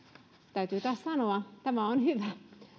täytyy taas sanoa on hyvä